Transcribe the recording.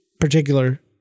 particular